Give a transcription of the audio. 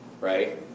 right